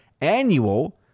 annual